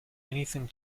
anything